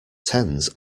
tens